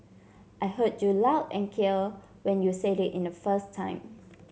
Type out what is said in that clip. I heard you loud and care when you said it in the first time